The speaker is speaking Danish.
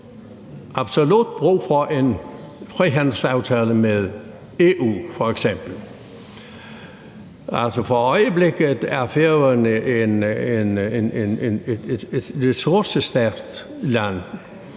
absolut brug for en frihandelsaftale med f.eks. EU. Altså, for øjeblikket er Færøerne et ressourcestærkt land,